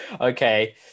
okay